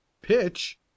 pitch